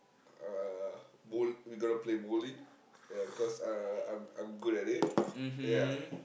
uh bowl we gonna play bowling ya because uh I'm I'm good at it ya